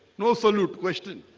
no salute question.